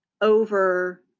over